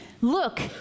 look